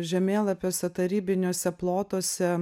žemėlapiuose tarybiniuose plotuose